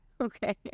Okay